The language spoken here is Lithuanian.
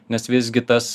nes visgi tas